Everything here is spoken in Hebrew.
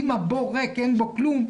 אם הבור ריק ואין בו כלום,